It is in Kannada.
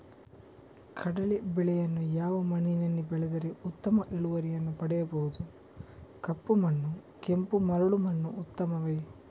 ಕಡಲೇ ಬೆಳೆಯನ್ನು ಯಾವ ಮಣ್ಣಿನಲ್ಲಿ ಬೆಳೆದರೆ ಉತ್ತಮ ಇಳುವರಿಯನ್ನು ಪಡೆಯಬಹುದು? ಕಪ್ಪು ಮಣ್ಣು ಕೆಂಪು ಮರಳು ಮಣ್ಣು ಉತ್ತಮವೇ?